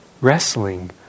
wrestling